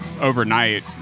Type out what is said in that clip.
overnight